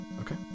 okay